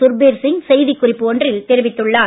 சுர்பீர் சிங் செய்திக்குறிப்பு ஒன்றில் தெரிவித்துள்ளார்